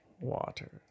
water